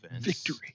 Victory